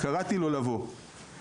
קראתי לו לבוא,